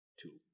two